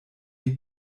die